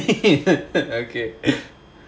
is okay